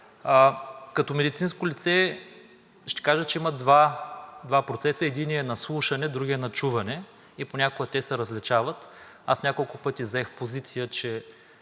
Като медицинско лице ще кажа, че има два процеса – единият е на слушане, другият на чуване и понякога те се различават. Аз няколко пъти заех позиция, че